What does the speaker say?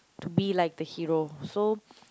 to be like the hero so